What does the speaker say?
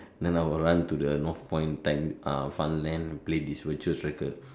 then I will run to the Northpoint time ah fun land play this virtual cycle